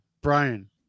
Brian